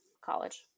college